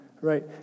right